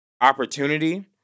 opportunity